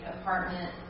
apartment